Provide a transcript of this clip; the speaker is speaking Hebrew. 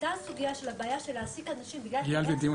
עלתה הסוגיה של הבעיה להעסיק אנשים בגלל --- יושב-ראש